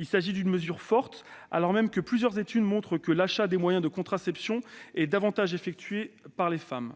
Il s'agit d'une mesure forte, d'autant que plusieurs études montrent que l'achat de moyens de contraception est davantage effectué par les femmes.